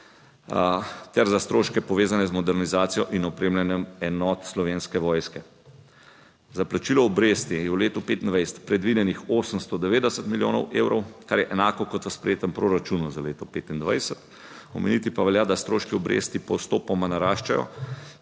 ter za stroške, povezane z modernizacijo in opremljanjem enot Slovenske vojske. Za plačilo obresti je v letu 2025 predvidenih 890 milijonov evrov, kar je enako kot v sprejetem proračunu za leto 2025. Omeniti pa velja, da stroški obresti postopoma naraščajo,